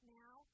now